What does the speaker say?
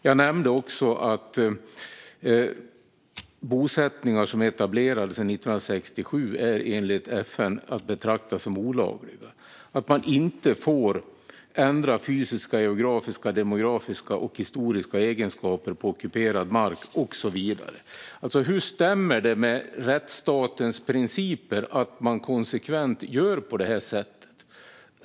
Jag nämnde också att bosättningar som är etablerade sedan 1967 enligt FN är att betrakta som olagliga, att man inte får ändra fysiska, geografiska, demografiska eller historiska egenskaper på ockuperad mark och så vidare. Hur stämmer det med rättsstatens principer att man konsekvent gör på det här sättet?